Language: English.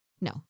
No